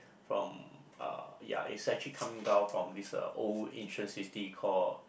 from uh ya it's actually coming down from this uh old ancient city call